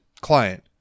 client